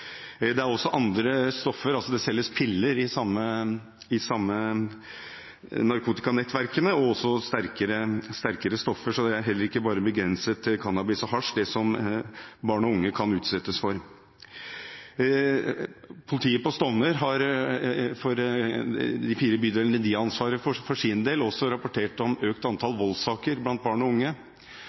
Det er også andre stoffer: Det selges piller i de samme narkotikanettverkene og også sterkere stoffer. Så det er heller ikke bare begrenset til cannabis og hasj det som barn og unge kan utsettes for. Politiet på Stovner har i de fire bydelene de har ansvar for, for sin del også rapportert om økt antall voldssaker blant barn og unge